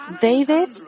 David